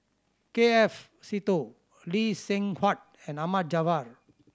K F Seetoh Lee Seng Huat and Ahmad Jaafar